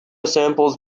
samples